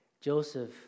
Joseph